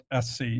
.sc